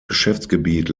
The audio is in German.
geschäftsgebiet